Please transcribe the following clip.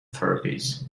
therapies